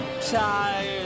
tired